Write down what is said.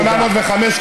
כביש 805,